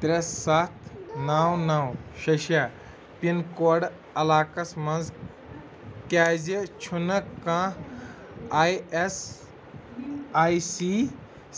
ترٛےٚ سَتھ نو نو شےٚ شےٚ پِن کوڈ علاقس مَنٛز کیٛازِ چھُنہٕ کانٛہہ آی ایس آی سی